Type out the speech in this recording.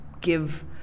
give